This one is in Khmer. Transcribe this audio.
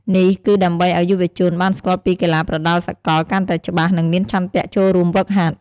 នេះគឺដើម្បីឲ្យយុវជនបានស្គាល់ពីកីឡាប្រដាល់សកលកាន់តែច្បាស់ និងមានឆន្ទៈចូលរួមហ្វឹកហាត់។